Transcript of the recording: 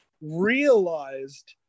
realized